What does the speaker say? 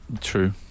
True